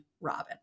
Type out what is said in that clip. Robin